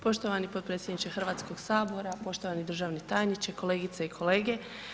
Poštovani potpredsjedniče Hrvatskog sabora, poštovani državni tajniče, kolegice i kolege.